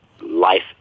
life